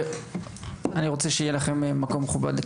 אני רוצה שיהיה לכם מקום מכובד.